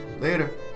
Later